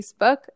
Facebook